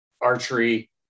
archery